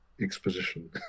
exposition